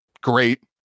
great